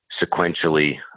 sequentially